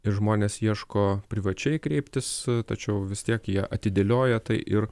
ir žmonės ieško privačiai kreiptis tačiau vis tiek jie atidėlioja tai ir